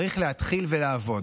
צריך להתחיל לעבוד.